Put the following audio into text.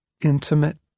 intimate